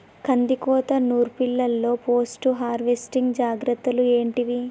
కందికోత నుర్పిల్లలో post harvesting జాగ్రత్తలు ఏంటివి?